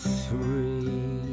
three